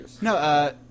No